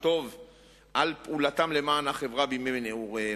טובה על פעולתם למען החברה בימי נעוריהם.